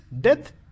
death